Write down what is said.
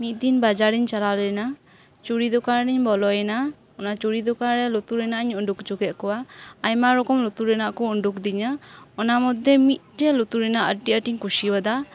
ᱢᱤᱫ ᱫᱤᱱ ᱵᱟᱡᱟᱨᱤᱧ ᱪᱟᱞᱟᱣ ᱞᱮᱱᱟ ᱪᱩᱲᱤ ᱫᱚᱠᱟᱱ ᱨᱤᱧ ᱵᱚᱞᱚᱭᱮᱱᱟ ᱚᱱᱟ ᱪᱩᱲᱤ ᱫᱚᱠᱟᱱ ᱨᱮ ᱞᱩᱛᱩᱨ ᱨᱮᱭᱟᱜ ᱤᱧ ᱩᱰᱩᱠ ᱚᱪᱚ ᱠᱮᱫ ᱠᱚᱣᱟ ᱟᱭᱢᱟ ᱨᱚᱠᱚᱢ ᱞᱩᱛᱩᱨ ᱨᱮᱭᱟᱜ ᱠᱚ ᱩᱸᱰᱩᱠ ᱟᱫᱤᱧᱟ ᱚᱱᱟ ᱢᱚᱫᱽ ᱨᱮ ᱢᱤᱫᱴᱮᱱ ᱞᱩᱛᱩᱨ ᱨᱮᱭᱟᱜ ᱟᱹᱰᱤ ᱟᱸᱴ ᱤᱧ ᱠᱩᱥᱤᱭᱟᱫᱟ